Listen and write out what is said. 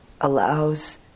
allows